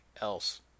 else